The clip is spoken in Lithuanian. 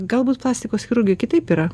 galbūt plastikos chirurgui kitaip yra